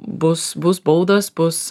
bus bus baudos bus